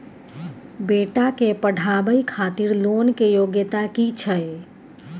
बेटा के पढाबै खातिर लोन के योग्यता कि छै